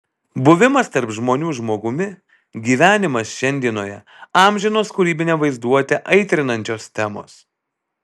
buvimas tarp žmonių žmogumi gyvenimas šiandienoje amžinos kūrybinę vaizduotę aitrinančios temos